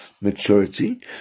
maturity